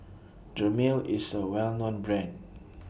Dermale IS A Well known Brand